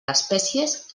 espècies